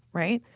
right?